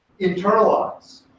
internalize